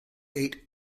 eight